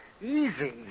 Easy